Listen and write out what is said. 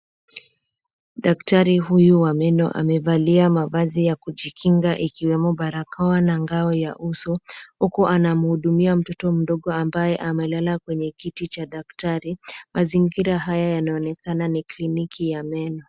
Daktari huyu wa meno amevalia mavazi ya kujikinga ikwemo barakoa na nagao ya uso huku anamhudumia mtoto mdogo ambaye amelala kwenye kiti cha daktari. Mazingira haya yanaonekana ni kliniki ya meno.